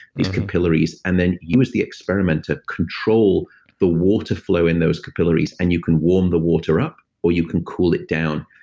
these capillaries. and then you, as the experimenter control the water flow in those capillaries. and you can warm the water up, or you cool it down.